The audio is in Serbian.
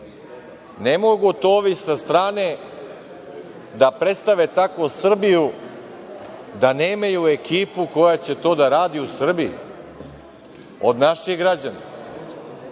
ne mogu to ovi sa strane da predstave tako Srbiju da nemaju ekipu koja će to da radi u Srbiji, od naših građana,